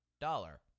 dollar